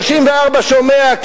"34 שומע?